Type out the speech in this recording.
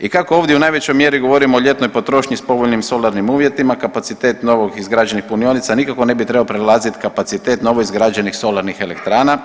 I kako ovdje u najvećoj mjeri govorimo o ljetnoj potrošnji s povoljnim solarnim uvjetima kapacitet novo izgrađenih punionica nikako ne bi trebao prelaziti kapacitet novo izgrađenih solarnih elektrana.